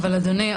אדוני,